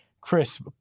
Chris